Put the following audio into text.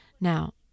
Now